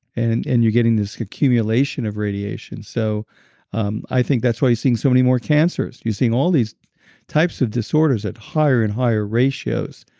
and and you're getting this cumulation of radiation. so um i think that's why you're seeing so many more cancers you're seeing all these types of disorders at higher and higher ratios,